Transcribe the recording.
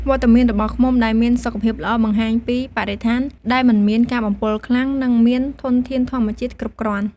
វត្តមានរបស់ឃ្មុំដែលមានសុខភាពល្អ បង្ហាញពីបរិស្ថានដែលមិនមានការបំពុលខ្លាំង និងមានធនធានធម្មជាតិគ្រប់គ្រាន់។